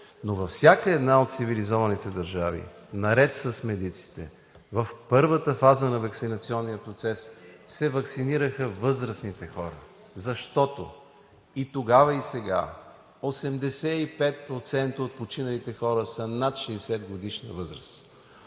но във всяка една от цивилизованите държави, наред с медиците, в първата фаза на ваксинационния процес се ваксинираха възрастните хора, защото тогава и сега 85% от починалите хора са над 60-годишна възраст.